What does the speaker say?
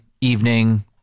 evening